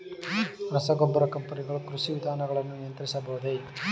ರಸಗೊಬ್ಬರ ಕಂಪನಿಗಳು ಕೃಷಿ ವಿಧಾನಗಳನ್ನು ನಿಯಂತ್ರಿಸಬಹುದೇ?